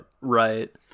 Right